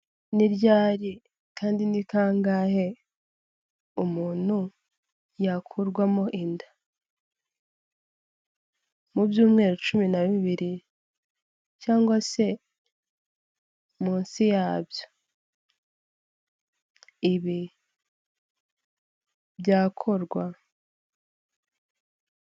Ni ryari kandi ni kangahe umuntu yakurwamo inda? Mu byumweru cumi na bibiri cyangwa se munsi yabyo. Ibi byakorwa.